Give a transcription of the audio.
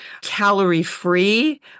Calorie-free